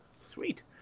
Sweet